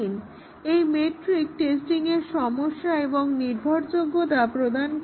McCabe's metric টেস্টিংয়ের সমস্যা এবং নির্ভরযোগ্যতা প্রদান করে